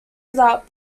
without